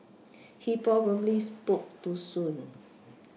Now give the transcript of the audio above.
he probably spoke too soon